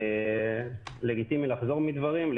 לגיטימי לחזור מדברים,